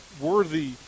worthy